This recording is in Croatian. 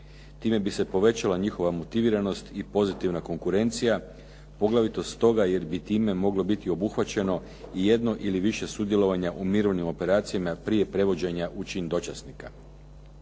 Time bi se povećala njihova motiviranost i pozitivna konkurencija, poglavito stoga jer bi time moglo biti obuhvaćeno i jedno ili više sudjelovanja u mirovnim operacijama prije prevođenja u čin dočasnika.